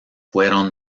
fueron